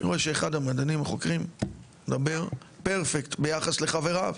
ואני רואה שאחד המדענים החוקרים מדבר "פרפקט" ביחס לחבריו.